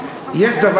יש דבר,